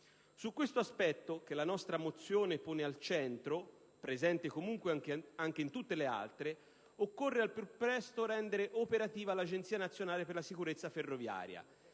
Su questo aspetto che la nostra mozione pone al centro, ma che è presente, comunque, anche in tutte le altre, occorre al più presto rendere operativa l'Agenzia nazionale per la sicurezza ferroviaria